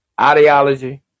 ideology